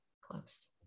close